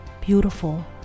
beautiful